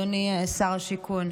אדוני שר השיכון,